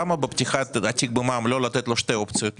למה בפתיחת התיק במע"מ לא לתת לו שתי אופציות?